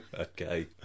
Okay